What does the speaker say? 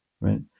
right